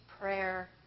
prayer